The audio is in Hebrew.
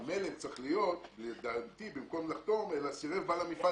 לדעתי צריך להיות במקום "לחתום" סירב בעל המפעל